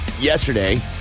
Yesterday